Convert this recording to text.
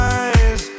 eyes